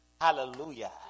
Hallelujah